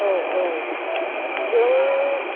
औ औ जों